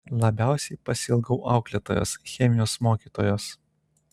labiausiai pasiilgau auklėtojos chemijos mokytojos